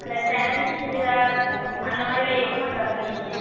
அதில் ஸாரி சுடிதார் அந்தமாதிரில எந்தமாதிரி பார்க்குறீங்க நீங்கள்